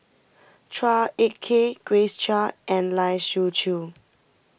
Chua Ek Kay Grace Chia and Lai Siu Chiu